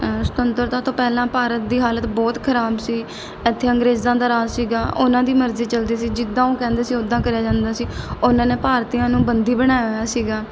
ਸੁਤੰਤਰਤਾ ਤੋਂ ਪਹਿਲਾਂ ਭਾਰਤ ਦੀ ਹਾਲਤ ਬਹੁਤ ਖਰਾਬ ਸੀ ਇੱਥੇ ਅੰਗਰੇਜ਼ਾਂ ਦਾ ਰਾਜ ਸੀਗਾ ਉਹਨਾਂ ਦੀ ਮਰਜ਼ੀ ਚਲਦੀ ਸੀ ਜਿੱਦਾਂ ਉਹ ਕਹਿੰਦੇ ਸੀ ਉਦਾਂ ਕਰਿਆ ਜਾਂਦਾ ਸੀ ਉਹਨਾਂ ਨੇ ਭਾਰਤੀਆਂ ਨੂੰ ਬੰਦੀ ਬਣਾਇਆ ਹੋਇਆ ਸੀਗਾ